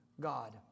God